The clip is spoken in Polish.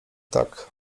tak